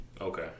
Okay